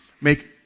make